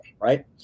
right